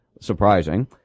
Surprising